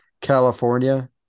California